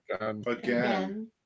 again